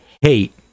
hate